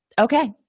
okay